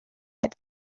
get